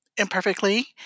imperfectly